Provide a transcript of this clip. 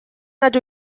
nad